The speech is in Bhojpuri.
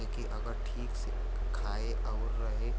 एके अगर ठीक से खाए आउर रहे